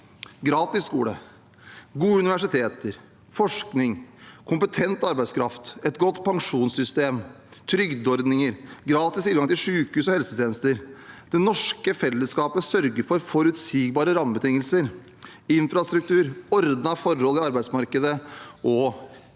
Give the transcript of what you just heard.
gratis skole, gode universiteter, forskning, kompetent arbeidskraft, et godt pensjonssystem, trygdeordninger og gratis tilgang til sykehus og helsetjenester. Det norske fellesskapet sørger for forutsigbare rammebetingelser, infrastruktur og ordnede forhold i arbeidsmarkedet og